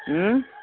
ହୁଁ